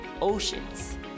oceans